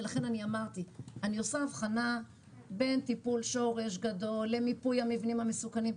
לכן אמרתי: אני עושה הבחנה בין טיפול שורש גדול למיפוי המבנים המסוכנים.